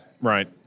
Right